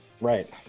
Right